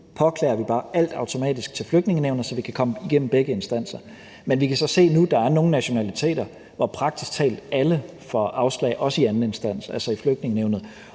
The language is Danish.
påklager vi bare alt automatisk til Flygtningenævnet, så vi kan komme igennem begge instanser. Men vi kan så nu se, at der er nogle nationaliteter, hvor praktisk talt alle får afslag, også i anden instans, altså i Flygtningenævnet.